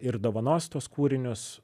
ir dovanos tuos kūrinius